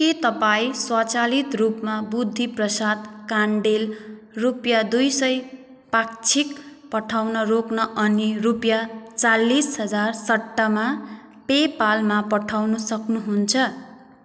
के तपाईँ स्वचालित रूपमा बुद्धि प्रसाद कँडेल रुपियाँ दुई सय पाक्षिक पठाउन रोक्न अनि रुपियाँ चालिस हजार सट्टामा पेपालमा पठाउनु सक्नुहुन्छ